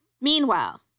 Meanwhile